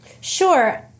Sure